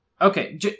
Okay